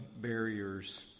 barriers